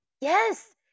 Yes